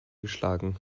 geschlagen